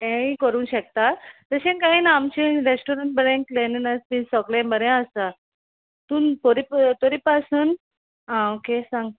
हेयी करूंक शकता तेशें कांय ना आमचें रेस्टोरंट बरें क्लेलीनेस बी सगळें बरें आसा तूं तोरी तरी पासून आं ओके सांग